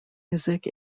music